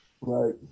right